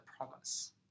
promise